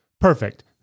Perfect